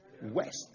West